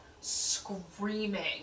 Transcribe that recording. screaming